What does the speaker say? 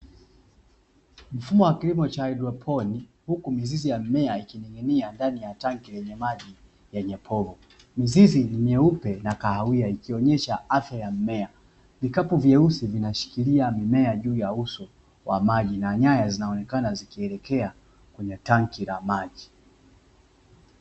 Mfumo wa kilimo cha haidroponi huku mizizi ya mimea ikining'inia ndani ya tangi lenye maji yenye povu. Mizizi ni myeupe na kahawia ikionyesha afya ya mmea, vikapu vyeusi vinashikilia mimea juu ya uso wa maji na nyaya zinaonekana zikielekea kwenye tangi la maji.